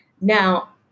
Now